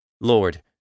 Lord